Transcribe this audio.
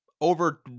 over